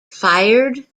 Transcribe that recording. fired